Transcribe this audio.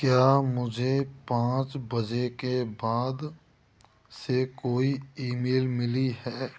क्या मुझे पाँच बजे के बाद से कोई ईमेल मिली है